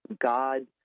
God